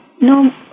no